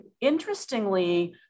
interestingly